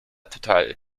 totale